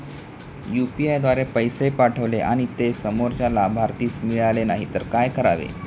UPI द्वारे पैसे पाठवले आणि ते समोरच्या लाभार्थीस मिळाले नाही तर काय करावे?